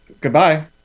goodbye